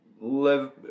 live